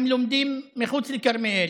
הם לומדים מחוץ לכרמיאל,